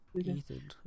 Ethan